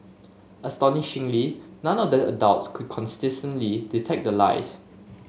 astonishingly none of the adults could consistently detect the lies